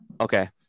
Okay